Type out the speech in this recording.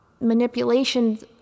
manipulations